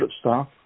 staff